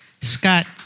Scott